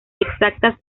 exactas